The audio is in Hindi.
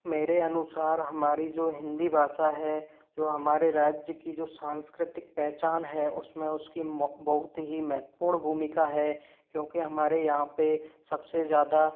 मेरे अनुसार हमारी जो हिंदी भाषा है जो हमारे राज्य की जो सांस्कृतिक पहचान है उसमे उसकी बहुत ही महत्वपूर्ण भूमिका है क्योंकि हमारे यहाँ पर सबसे ज़्यादा